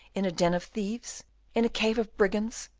in a den of thieves in a cave of brigands?